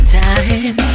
time